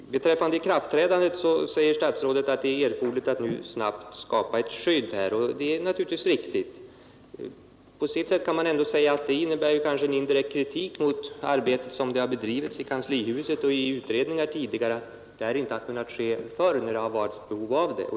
Beträffande ikraftträdandet säger statsrådet att det är erforderligt att nu snabbt skapa ett skydd, och det är naturligtvis i och för sig riktigt. På sitt sätt kan man ändå säga att det innebär en indirekt kritik mot arbetet så som det har bedrivits i kanslihuset och i utredningar tidigare att den här lagstiftningen inte har kunnat komma förr när det nu har varit så stort behov av det.